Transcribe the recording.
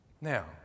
Now